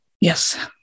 Yes